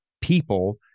people